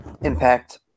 Impact